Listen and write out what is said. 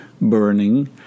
burning